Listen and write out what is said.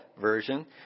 version